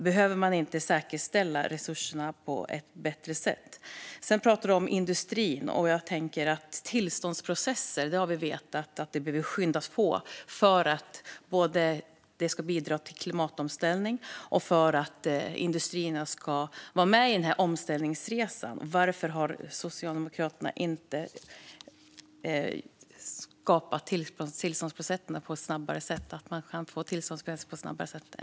Behöver man inte säkerställa resurserna på ett bättre sätt? Isak From pratar om industrin, och då tänker jag att vi har vetat att tillståndsprocesser behöver skyndas på för att industrin ska kunna bidra till klimatomställning och vara med i omställningsresan. Varför har Socialdemokraterna inte sett till att tillståndsprocesserna blivit snabbare?